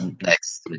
Next